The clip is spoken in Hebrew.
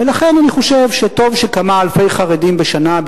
ולכן אני חושב שטוב שכמה אלפי חרדים בשנה,